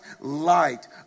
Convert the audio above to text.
light